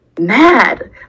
mad